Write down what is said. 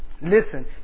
Listen